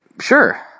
Sure